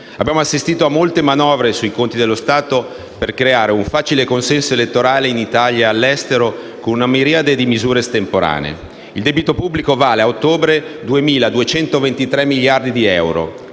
Abbiamo assistito a molte manovre sui conti dello Stato per creare facile consenso elettorale, in Italia e all'estero, con una miriade di misure estemporanee. Il debito pubblico vale, a ottobre, 2.223 miliardi di euro,